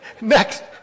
next